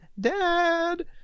dad